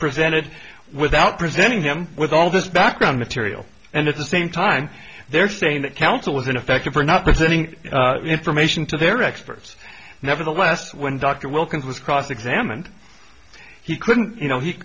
presented without presenting him with all this background material and at the same time they're saying that counsel was ineffective or not the information to their experts nevertheless when dr wilkins was cross examined he couldn't you know he